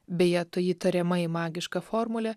beje toji tariamai magiška formulė